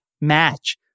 match